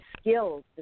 skills